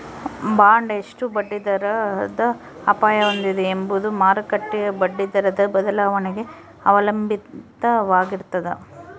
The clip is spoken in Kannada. ಬಾಂಡ್ ಎಷ್ಟು ಬಡ್ಡಿದರದ ಅಪಾಯ ಹೊಂದಿದೆ ಎಂಬುದು ಮಾರುಕಟ್ಟೆಯ ಬಡ್ಡಿದರದ ಬದಲಾವಣೆಗೆ ಅವಲಂಬಿತವಾಗಿರ್ತದ